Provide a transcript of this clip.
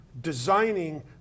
designing